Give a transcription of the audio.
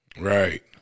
Right